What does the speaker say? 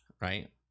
right